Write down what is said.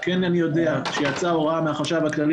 כן אני יודע שיצאה הוראה מהחשב הכללי